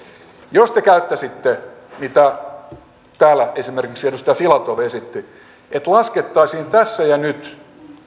jos te käyttäisitte sitä mitä täällä esimerkiksi edustaja filatov esitti että laskettaisiin tässä ja nyt